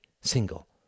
single